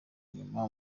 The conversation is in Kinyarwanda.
inyuma